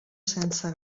sense